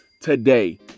today